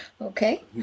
Okay